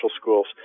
schools